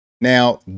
Now